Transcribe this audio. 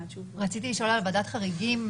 רציתי לשאול על ועדת חריגים,